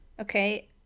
okay